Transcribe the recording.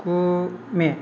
गु मे